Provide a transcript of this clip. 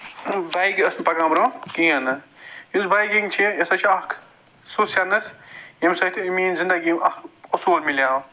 تہٕ بایکہِ ٲسۍ نہٕ پَکان برٛونٛہہ کِہیٖنٛۍ نہٕ یُس بایکِنٛگ چھےٚ سۄ چھِ اَکھ سُہ سینَس ییٚمہِ سۭتٮ۪ن میٛٲنۍ زِنٛدگی اکھ اصوٗل میلیو